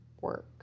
work